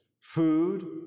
Food